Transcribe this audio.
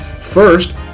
First